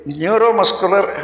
neuromuscular